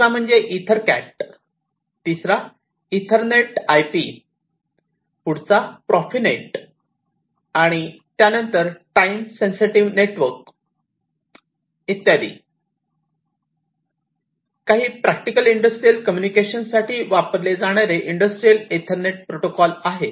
दुसरा म्हणजे EtherCAT तिसरा ईथरनेट आय पी EthernetIP पुढचा प्रॉफीनेट आणि टाईम सेन्सिटिव्ह नेटवर्क इत्यादी काही प्रॅक्टिकली इंडस्ट्रियल कम्युनिकेशन साठी वापरले जाणारे इंडस्ट्रियल ईथरनेट प्रोटोकॉल आहेत